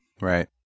Right